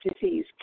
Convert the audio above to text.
disease